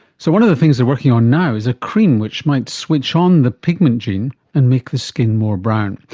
so one of the things they're working on now is a cream which might switch on the pigment gene and make the skin more brown.